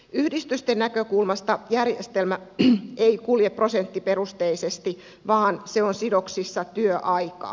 yhdistysten näkökulmasta järjestelmä ei kulje prosenttiperusteisesti vaan se on sidoksissa työaikaan